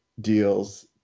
deals